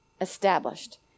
Established